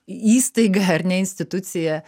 įstaiga ar ne institucija